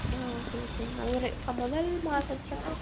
ஓ சரி சரிங்க ஒரு இப்போ முதல் மாதத்தலாம்